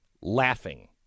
laughing